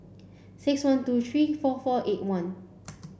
six one two three four four eight one